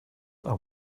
are